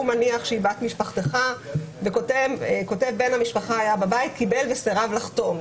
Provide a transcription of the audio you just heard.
הוא מניח שהיא בת משפחתך וכותב שבן המשפחה היה בבית וקיבל וסירב לחתום.